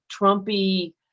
Trumpy